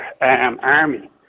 army